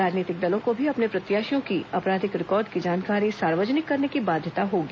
राजनीतिक दलों को भी अपने प्रत्याशियों की आपराधिक रिकॉर्ड की जानकारी सार्वजनिक करने की बाध्यता होगी